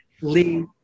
Lee